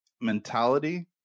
mentality